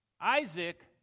Isaac